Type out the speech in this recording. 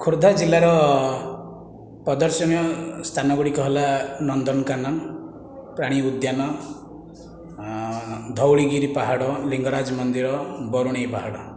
ଖୋର୍ଦ୍ଧା ଜିଲ୍ଲାର ପଦର୍ଶନୀୟ ସ୍ଥାନ ଗୁଡ଼ିକ ହେଲା ନନ୍ଦନକାନନ ପ୍ରାଣୀ ଉଦ୍ୟାନ ଧଉଳିଗିରି ପାହାଡ଼ ଲିଙ୍ଗରାଜ ମନ୍ଦିର ବରୁଣେଇ ପାହାଡ଼